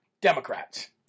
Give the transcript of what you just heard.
Democrats